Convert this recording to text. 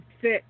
fit